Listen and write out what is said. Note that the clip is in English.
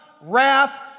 wrath